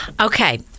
Okay